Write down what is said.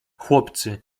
chłopcy